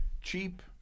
cheap